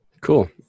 Cool